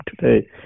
today